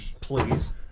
Please